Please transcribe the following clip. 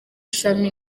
shami